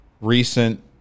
recent